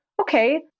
okay